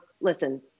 listen